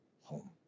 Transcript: home